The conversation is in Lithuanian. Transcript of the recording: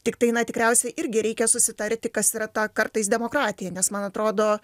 tiktai na tikriausiai irgi reikia susitarti kas yra ta kartais demokratija nes man atrodo